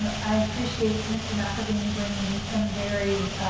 i appreciate mr. mcelveen bringing some very